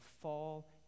fall